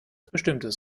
bestimmtes